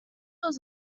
was